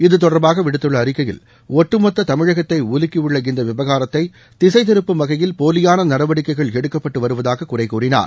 இத்தொடர்பாக விடுத்துள்ள அறிக்கையில் ஒட்டுமொத்த தமிழகத்தை உலுக்கியுள்ள இந்த விவகாரத்தை திசைதிருப்பும் வகையில் போலியான நடவடிக்கைகள் எடுக்கப்பட்டு வருவதாக குறை கூறினார்